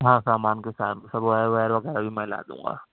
ہاں سامان کے ساتھ سب بایر وائر وغیرہ بھی میں لا دوں گا